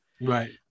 Right